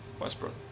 Westbrook